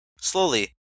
Slowly